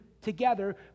together